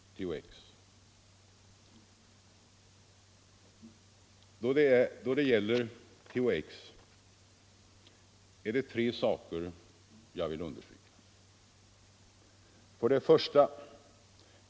I det sammanhanget vill jag understryka tre saker. 1.